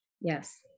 Yes